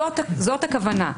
זאת הכוונה.